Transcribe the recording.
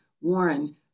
Warren